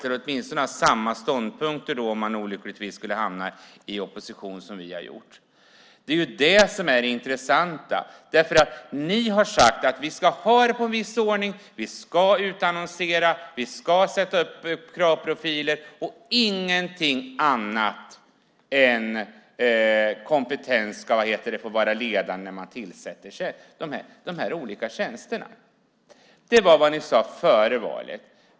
Man har åtminstone samma ståndpunkt då, om man olyckligtvis skulle hamna i opposition, som vi har haft. Det är det som är det intressanta. Ni har sagt: Vi ska ha en viss ordning. Vi ska utannonsera. Vi ska sätta upp kravprofiler. Och ingenting annat än kompetens ska få vara ledande när vi tillsätter de olika tjänsterna. Det var vad ni sade före valet.